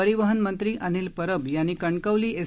परिवहन मंत्री अनिल परब यांनी कणकवली एस